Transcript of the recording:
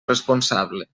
responsable